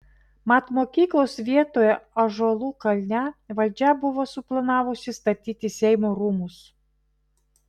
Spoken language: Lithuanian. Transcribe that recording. mat mokyklos vietoje ąžuolų kalne valdžia buvo suplanavusi statyti seimo rūmus